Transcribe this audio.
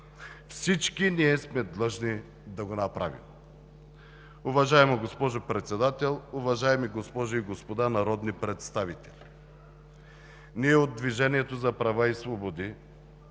Всички ние сме длъжни да го направим. Уважаема госпожо Председател, уважаеми госпожи и господа народни представители, ние от „Движението за права и свободи“